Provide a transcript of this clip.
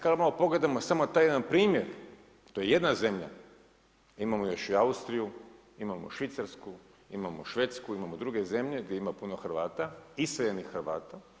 Sad kad malo pogledamo samo taj jedan primjer, to je jedna zemlja imamo još i Austriju, imamo Švicarsku, imamo Švedsku, imamo druge zemlje gdje ima puno Hrvata, iseljenih Hrvata.